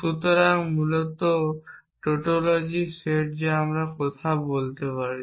সুতরাং মূলত ট্যুটোলজির সেট যা আমরা কথা বলতে পারি